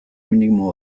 minimo